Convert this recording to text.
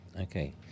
Okay